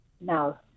No